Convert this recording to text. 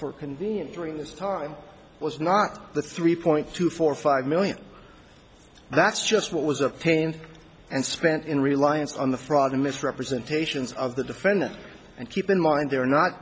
for convenience during this time was not the three point two four five million that's just what was a pain and spent in reliance on the fraud and misrepresentations of the defendant and keep in mind they are not